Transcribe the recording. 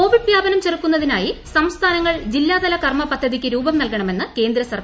Covid വ്യാപന്ട് ഉചെറുക്കുന്നതിനായി സംസ്ഥാനങ്ങൾ ന് ജില്ലാതല കർമ്മപദ്ധതിക്ക് രൂപം നൽകണമെന്ന് കേന്ദ്ര സർക്കാർ